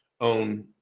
own